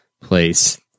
place